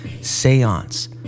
seance